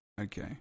Okay